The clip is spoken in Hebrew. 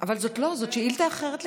אבל זו שאילתה אחרת לגמרי.